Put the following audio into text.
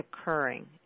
occurring